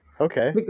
okay